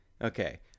Okay